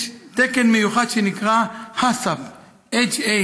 יש תקן מיוחד שנקרא HACCP,